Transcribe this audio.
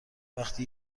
وقتی